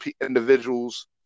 individuals